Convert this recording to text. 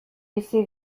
bizi